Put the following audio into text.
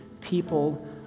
people